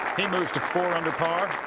he moves to four under par.